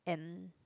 and